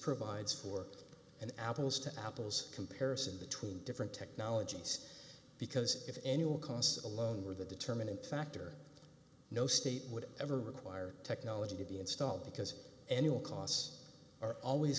provides for an apples to apples comparison between different technologies because if any will cost alone were the determining factor no state would ever require technology to be installed because annual costs are always